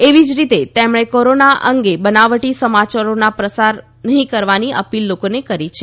એવીજ રીતે તેમણે કોરોના અંગે બનાવટી સમાચારોનો પ્રસાર નહીં કરવાની અપીલ લોકોને કરી છે